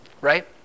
Right